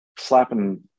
Slapping